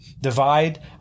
divide